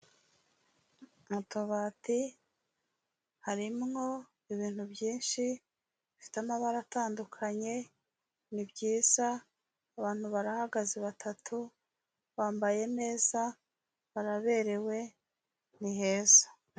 Mu kabati harimwo ibintu byinshi bifite amabara atandukanye, ni byiza, abantu barahagaze batatu, bambaye neza, baraberewe, ni heza.